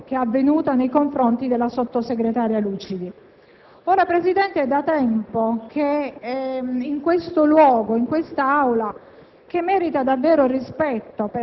l'aggressione avvenuta nei confronti della sottosegretaria Lucidi. Signor Presidente, è da tempo che in questo luogo - che merita